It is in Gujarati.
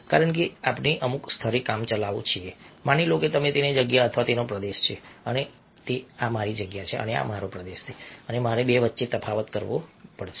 કારણ કે આપણે અમુક સ્તરે કામચલાઉ છીએ માની લો કે તે તેની જગ્યા અથવા તેનો પ્રદેશ છે અને આ મારી જગ્યા છે મારો પ્રદેશ છે અને મારે બે વચ્ચે તફાવત કરવો જોઈએ